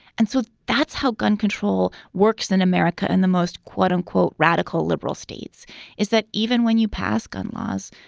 and so that's how gun control works in america. and the most, quote unquote, radical liberal states is that even when you pass gun laws,